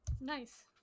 Nice